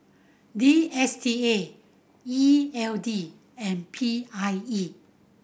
D S T A E L D and P I E